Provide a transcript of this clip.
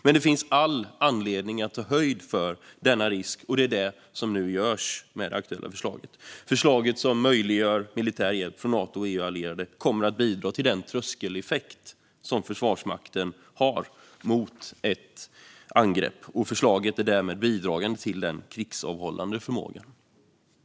Men det finns all anledning att ta höjd för denna risk. Det är det som nu görs med det aktuella förslaget. Förslaget som möjliggör för militär hjälp från Nato och EU-allierade kommer att bidra till den tröskeleffekt som Försvarsmakten har mot ett angrepp. Förslaget är därmed bidragande till den krigsavhållande förmågan.